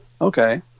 Okay